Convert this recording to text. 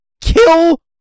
kill